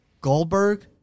Goldberg